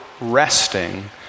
resting